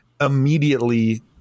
immediately